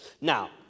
Now